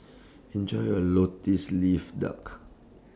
Enjoy your Lotus Leaf Duck